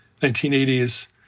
1980s